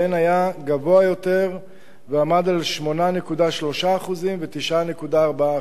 שבהן היה גבוה יותר ועמד על 8.3% ו-9.4%.